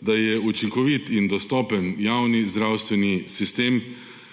da je učinkovit in dostopen javni zdravstveni sistem